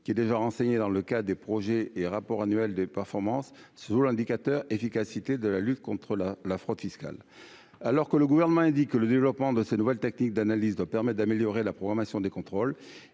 qui est déjà renseignée dans le cas des projets et rapport annuel des performances ce jour-indicateur efficacité de la lutte contre la la fraude fiscale, alors que le gouvernement indique que le développement de ces nouvelles techniques d'analyse d'eau permet d'améliorer la programmation des contrôles